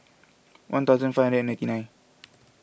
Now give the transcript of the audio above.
one thousand five and ninety nine